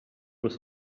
was